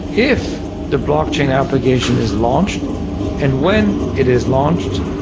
if the blockchain application is launched and when it is launched,